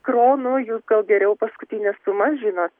kronų jūs gal geriau paskutines sumas žinot